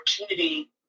opportunity